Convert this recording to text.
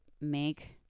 make